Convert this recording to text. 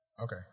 Okay